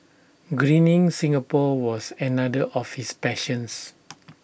Greening Singapore was another of his passions